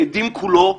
האדים כולו ואמר: